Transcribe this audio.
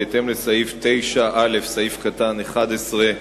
בהתאם לסעיף 9(א)(11)